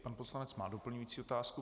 Pan poslanec má doplňující otázku.